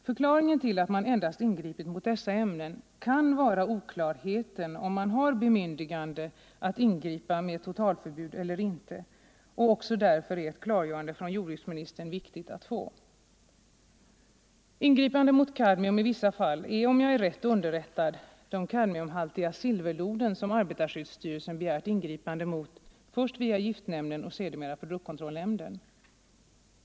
Förklaringen till att man endast ingripit mot dessa ämnen kan vara oklarheten om huruvida man har bemyndigande att utfärda totalförbud eller inte. Också därför är ett klargörande från jordbruksministern viktigt att få. Ingripandet mot kadmium i vissa fall gäller, om jag är riktigt underrättad, de kadmiumhaltiga silverloden som arbetarskyddsstyrelsen begärt ingripande emot först via giftnämnden och sedermera via produktkontrollnämnden.